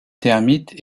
termites